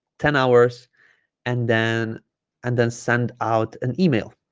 ten hours and then and then send out an email